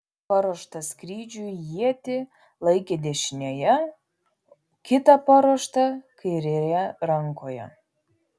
paruoštą skrydžiui ietį laikė dešinėje kitą paruoštą kairėje rankoje